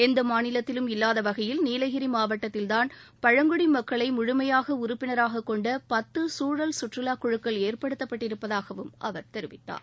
எந்த மாநிலத்திலும் இல்லாத வகையில் நீலகிரி மாவட்டத்தில்தான் பழங்குடி மக்களை முழுமையாக உறுப்பினராக கொண்ட பத்து சூழல் சுற்றுலா குழுக்கள் ஏற்படுத்தப்பட்டிருப்பதாகவும் அவர் தெரிவித்தார்